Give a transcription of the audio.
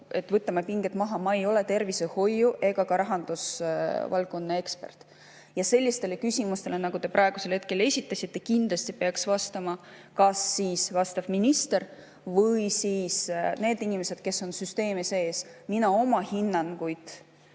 võtame pingeid maha, ma ei ole ei tervishoiu- ega ka rahandusvaldkonna ekspert. Sellistele küsimustele, nagu te praegusel hetkel esitasite, kindlasti peaks vastama kas vastav minister või siis need inimesed, kes on süsteemi sees. Mina oma hinnanguid ei